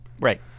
Right